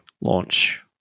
launch